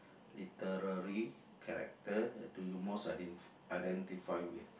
literary character do you most iden~ identify with